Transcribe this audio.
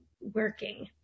working